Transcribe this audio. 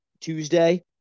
Tuesday